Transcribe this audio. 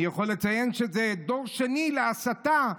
אני יכול לציין שהוא דור שני להסתה,